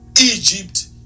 Egypt